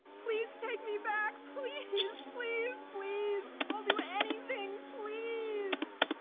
please take me back! please please please! i'll do anything! please!